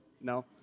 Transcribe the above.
No